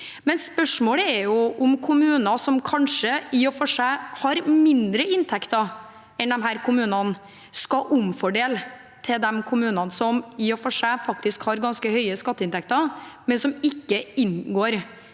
selv. Spørsmålet er om kommuner som i og for seg har mindre inntekter enn disse kommunene, skal omfordele til de kommunene som har ganske høye skatteinntekter, men som ikke inngår